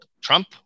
Trump